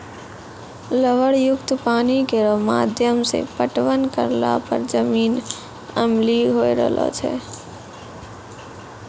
लवण युक्त पानी केरो माध्यम सें पटवन करला पर जमीन अम्लीय होय रहलो छै